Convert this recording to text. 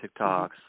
TikToks